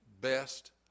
best